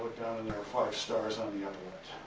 and there five stars on the ah